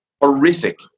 horrific